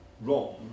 wrong